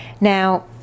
Now